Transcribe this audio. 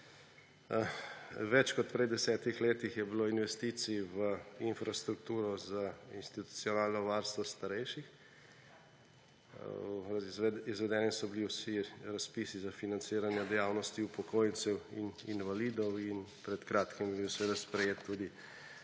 Več kot prej v desetih letih je bilo investicij v infrastrukturo za institucionalno varstvo starejših. Izvedeni so bili vsi razpisi za financiranje dejavnosti upokojencev in invalidov in pred kratkim je bil seveda sprejet tudi